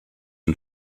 and